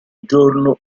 giorno